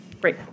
Great